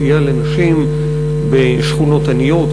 סייע לנשים בשכונות עניות,